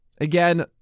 again